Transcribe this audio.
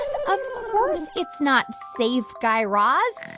of course it's not safe, guy raz.